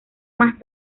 más